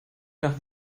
nach